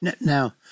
Now